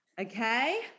Okay